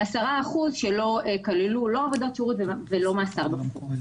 היו גם 10% מן התיקים שכללו לא עבודות שירות ולא מאסר בפועל.